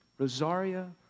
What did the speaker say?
Rosaria